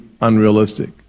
unrealistic